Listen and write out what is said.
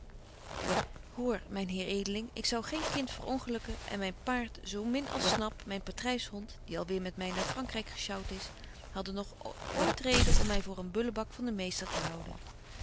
hoor myn heer edeling ik zou geen kind veröngelyken en myn paard zo min als snap myn patryshond die al weêr met my naar vrankryk gesjouwt is hadbetje wolff en aagje deken historie van mejuffrouw sara burgerhart den nog ooit reden om my voor een bullebak van een meester te houden